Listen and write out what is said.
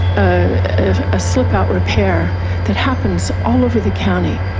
a slip out repair that happens all over the county.